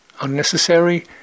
unnecessary